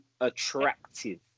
attractive